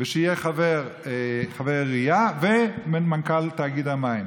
ויהיה חבר עירייה ומנכ"ל תאגיד המים.